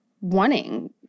wanting